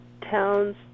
towns